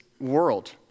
world